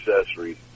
accessories